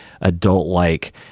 adult-like